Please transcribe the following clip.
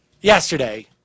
yesterday